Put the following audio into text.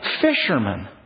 fishermen